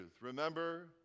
Remember